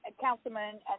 Councilman